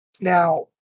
Now